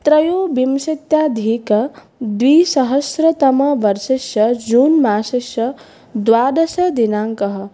त्रयोविंशत्यधिक द्विसहस्रतमवर्षस्य जून् मासस्य द्वादशदिनाङ्कः